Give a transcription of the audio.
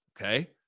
okay